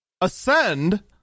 Ascend